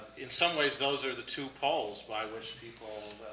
in some ways, those are the two poles by which people